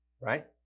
right